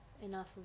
enough